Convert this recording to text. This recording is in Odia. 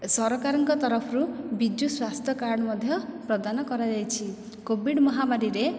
ସରକାରଙ୍କ ତରଫରୁ ବିଜୁ ସ୍ୱାସ୍ଥ୍ୟ କାର୍ଡ଼ ମଧ୍ୟ ପ୍ରଦାନ କରାଯାଇଛି କୋଭିଡ଼ ମହାମାରୀରେ